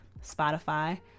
Spotify